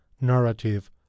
narrative